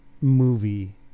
movie